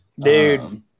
dude